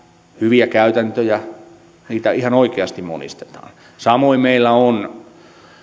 hyviä käytäntöjä ihan oikeasti monistetaan samoin meillä